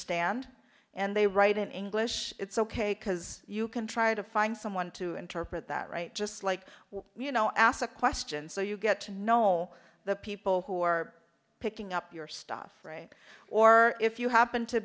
stand and they write in english it's ok because you can try to find someone to interpret that right just like you know ask a question so you get to know the people who are picking up your stuff or if you happen to